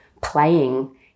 playing